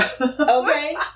Okay